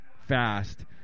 fast